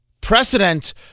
Precedent